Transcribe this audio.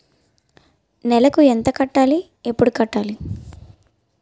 నెలకు ఎంత కట్టాలి? ఎప్పుడు కట్టాలి?